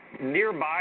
nearby